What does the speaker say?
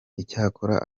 icyakora